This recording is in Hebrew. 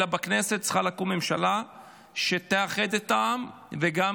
אלא בכנסת צריכה לקום ממשלה שתאחד את העם וגם